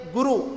Guru